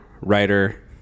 writer